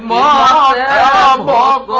la yeah um la